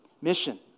mission